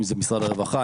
אם זה משרד הרווחה,